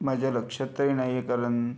माझ्या लक्षात तरी नाही आहे कारण